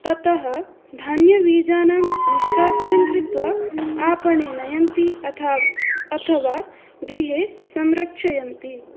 ततः धान्यबीजानां निष्कासनं कृत्वा आपणे नयन्ति अथ अथवा गृहे संरक्षन्ति